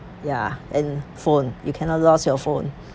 ya and phone you cannot lose your phone